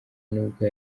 nubwo